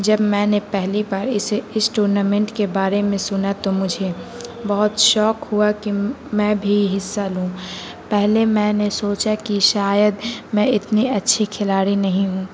جب میں نے پہلی بار اسے اس ٹورنامنٹ کے بارے میں سنا تو مجھے بہت شوق ہوا کہ میں بھی حصہ لوں پہلے میں نے سوچا کہ شاید میں اتنی اچھی کھلاڑی نہیں ہوں